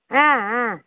ஆ ஆ